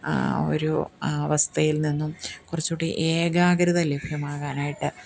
ഒരു അവസ്ഥയിൽ നിന്നും കുറച്ചൂടി ഏകാഗ്രത ലഭ്യമാകാനായിട്ട്